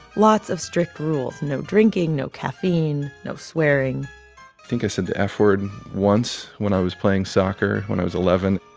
lots of strict rules no drinking, no caffeine, no swearing i think i said the yeah f-word once when i was playing soccer when i was eleven.